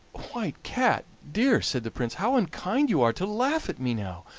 white cat dear, said the prince, how unkind you are to laugh at me now!